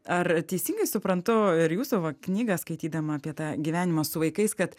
ar teisingai suprantu ir jūsų va knygą skaitydama apie tą gyvenimą su vaikais kad